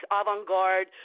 avant-garde